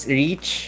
reach